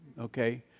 Okay